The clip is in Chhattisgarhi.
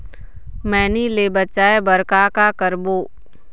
मैनी ले बचाए बर का का करबो?